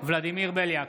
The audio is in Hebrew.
ולדימיר בליאק,